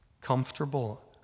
comfortable